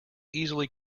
easily